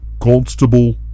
Constable